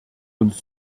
uns